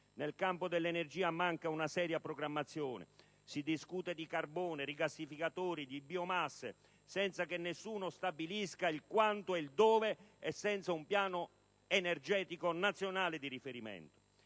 Nel campo dell'energia manca una seria programmazione; si discute di carbone, di rigassificatori e di biomasse, senza che nessuno stabilisca il quanto e il dove e senza un piano energetico nazionale di riferimento.